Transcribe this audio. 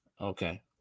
okay